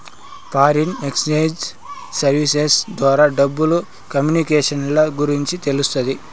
foreign exchange services ద్వారా డబ్బులు communications గురించి తెలుస్తాది